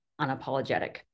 unapologetic